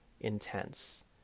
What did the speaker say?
intense